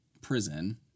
prison